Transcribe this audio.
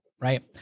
right